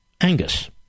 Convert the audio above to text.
Angus